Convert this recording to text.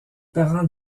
parents